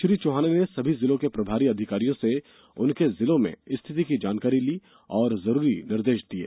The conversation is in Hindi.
श्री चौहान ने सभी जिलों के प्रभारी अधिकारियों से उनके जिलों में स्थिति की जानकारी ली और जरूरी निर्देश दिये